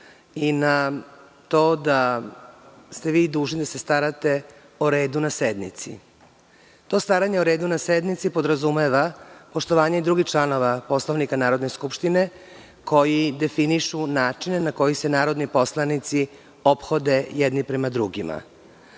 i na to da ste vi dužni da se starate o redu na sednici. To staranje o redu na sednici podrazumeva poštovanje i drugih članova Poslovnika Narodne skupštine koji definišu načine na koji se narodni poslanici ophode jedni prema drugima. Vaše